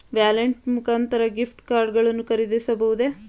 Wallet ಮುಖಾಂತರ gift card ಗಳನ್ನು ಖರೀದಿಸಬಹುದೇ?